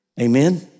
Amen